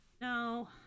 No